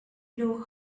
blow